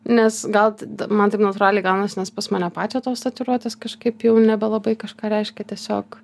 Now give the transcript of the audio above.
nes gal man taip natūraliai gaunas nes pas mane pačią tos tatuiruotės kažkaip jau nebelabai kažką reiškia tiesiog